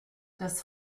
das